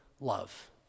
love